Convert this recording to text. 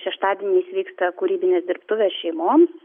šeštadieniais vyksta kūrybinės dirbtuvės šeimoms